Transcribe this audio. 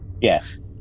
Yes